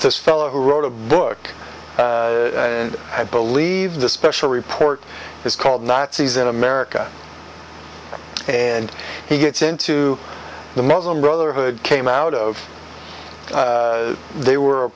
this fellow who wrote a book and i believe the special report is called nazis in america and he gets into the muslim brotherhood came out of they